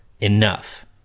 enough